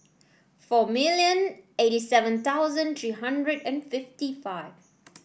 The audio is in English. four million eighty seven thousand three hundred and fifty five